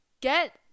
Get